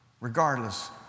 regardless